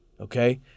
okay